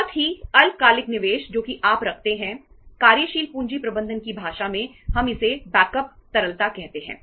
बहुत ही अल्पकालिक निवेश जो कि आप रखते हैं कार्यशील पूंजी प्रबंधन की भाषा में हम इसे बैकअप तरलता कहते हैं